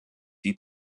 die